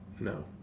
No